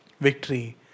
Victory